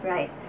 Right